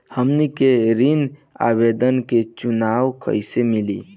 हमनी के ऋण आवेदन के सूचना कैसे मिली?